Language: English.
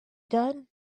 done